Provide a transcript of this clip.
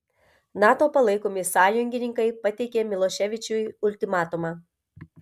nato palaikomi sąjungininkai pateikė miloševičiui ultimatumą